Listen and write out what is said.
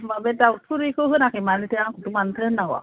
होमबा बे दावथुरिखौ होनाखै मानोथो आंखौसो मानोथो होननांगौ